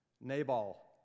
Nabal